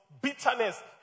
bitterness